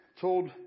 told